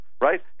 right